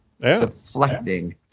deflecting